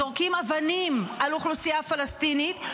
זורקים אבנים על אוכלוסייה פלסטינית,